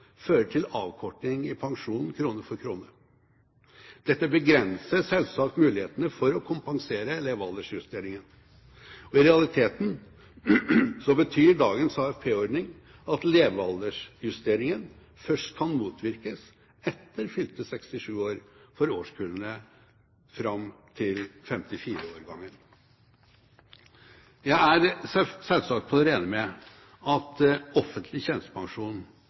fører til avkorting i pensjonen krone for krone. Dette begrenser selvsagt mulighetene for å kompensere levealdersjusteringer. I realiteten betyr dagens AFP-ordning at levealdersjusteringen først kan motvirkes etter fylte 67 år for alderskullene fram til 54-årgangen. Jeg er selvsagt på det rene med at offentlig tjenestepensjon